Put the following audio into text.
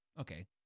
Okay